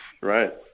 right